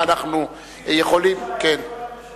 הציל את כבוד הממשלה.